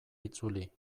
itzuli